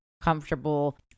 comfortable